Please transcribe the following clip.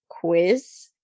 quiz